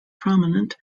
prominent